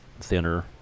thinner